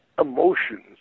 emotions